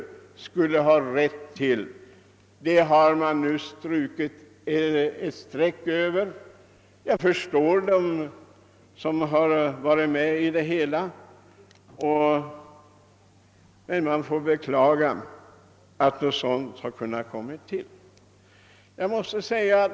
Det har nu strukits ett streck över detta. Jag förstår dem som varit med om detta, men måste beklaga att det har kunnat ske.